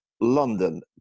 London